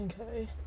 Okay